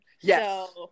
Yes